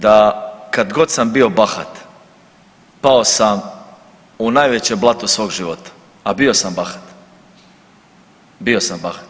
Da kad god sam bio bahat pao sam u najveće blato svog života, a bio sam bahat, bio sam bahat.